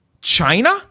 china